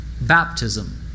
baptism